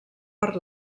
per